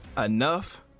Enough